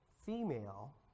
female